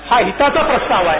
हा हिताचा प्रस्ताव आहे